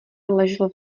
ležel